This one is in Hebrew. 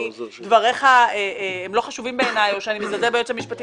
שדבריך אינם חשובים בעיניי או שאני מזלזלת ביועץ המשפטי